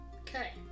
Okay